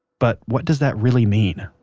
but what does that really mean?